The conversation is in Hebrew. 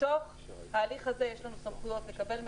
בתוך ההליך הזה יש לנו סמכויות לקבל מידע,